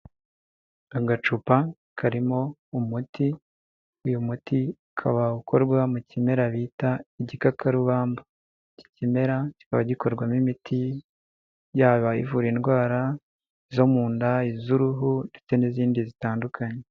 Agacupa karimo umuti, uyu muti ukaba ukorwa mu kimera bita igikakarubamba iki kimera kikaba gikorwamo imiti yaba ivura indwara zo mu nda, iz'uruhu ndetse n'izindi zitandukanye.